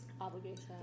Obligation